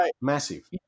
Massive